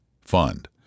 fund